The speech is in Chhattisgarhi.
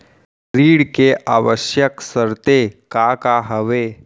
ऋण के आवश्यक शर्तें का का हवे?